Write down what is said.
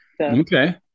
Okay